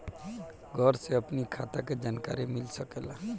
घर से अपनी खाता के जानकारी मिल सकेला?